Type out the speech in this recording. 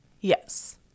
Yes